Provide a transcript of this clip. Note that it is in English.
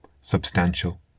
substantial